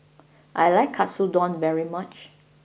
I like Katsudon very much